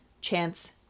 chance